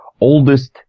oldest